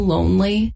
Lonely